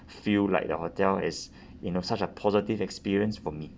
feel like the hotel is you know such a positive experience for me